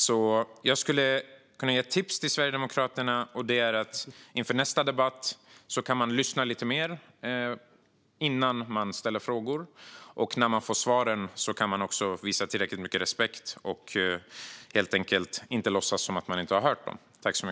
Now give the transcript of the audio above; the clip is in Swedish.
Låt mig ge ett tips till Sverigedemokraterna inför nästa debatt: Lyssna lite mer innan ni ställer frågor, och när ni får svaren visa respekt och låtsas inte att ni inte har hört dem.